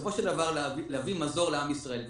ובסופו של דבר להביא מזור לעם ישראל,